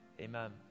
Amen